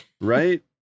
Right